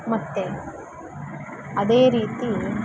ಮತ್ತು ಅದೇ ರೀತಿ